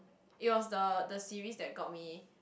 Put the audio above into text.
it was the the series that got me